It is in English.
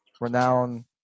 renowned